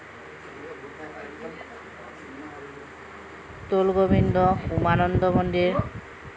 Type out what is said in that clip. দৌলগোবিন্দ উমানন্দ মন্দিৰ